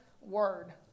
word